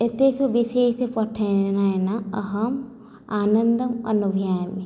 एतेषु विषयेसु पठनेन अहम् आनन्दम् अनुभवामि